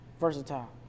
versatile